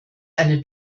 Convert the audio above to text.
eine